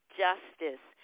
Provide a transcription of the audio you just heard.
justice